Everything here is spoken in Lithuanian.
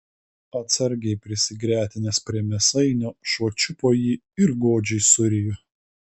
atsargiai prisigretinęs prie mėsainio šuo čiupo jį ir godžiai surijo